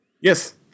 Yes